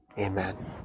Amen